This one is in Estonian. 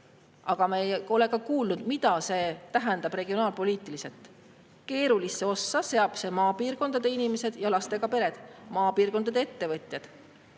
Aga me pole kuulnud, mida see tähendab regionaalpoliitiliselt. Keerulisse [olukorda] seab see maapiirkondade inimesed, lastega pered, ja maapiirkondade ettevõtjad.